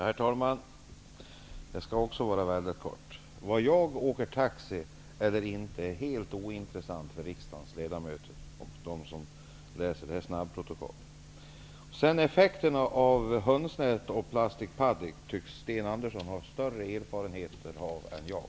Herr talman! Om jag åker taxi eller inte är helt ointressant för riksdagens ledamöter och för dem som läser det här snabbprotokollet. Sten Andersson i Malmö ha större erfarenheter av än jag.